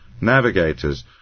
navigators